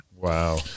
Wow